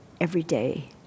everyday